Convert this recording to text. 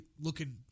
looking